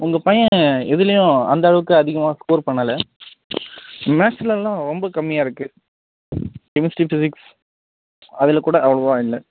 உங்க பையன் எதுலேயும் அந்தளவுக்கு அதிகமாக ஸ்கோர் பண்ணலை மேக்ஸ்லலாம் ரொம்ப கம்மியாக இருக்கு கெமிஸ்ட்ரி ஃபிசிக்ஸ் அதில் கூட அவ்வளவா இல்லை